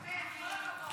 אמן, כל הכבוד.